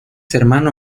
hermano